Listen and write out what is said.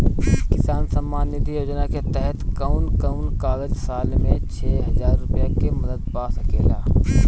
किसान सम्मान निधि योजना के तहत कउन कउन किसान साल में छह हजार रूपया के मदद पा सकेला?